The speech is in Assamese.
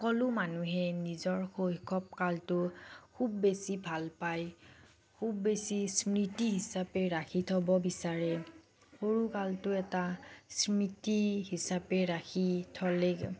সকলো মানুহে নিজৰ শৈশৱকালটো খুব বেছি ভাল পায় খুব বেছি স্মৃতি হিচাপে ৰাখি থ'ব বিচাৰে সৰুকালটো এটা স্মৃতি হিচাপে ৰাখি থ'লে